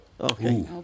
Okay